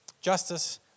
Justice